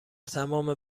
تمام